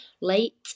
late